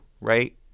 right